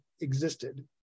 existed